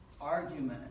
argument